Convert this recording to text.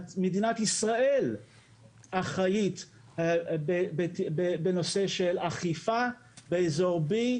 מדינת ישראל אחראית בנושא של אכיפה באזור B,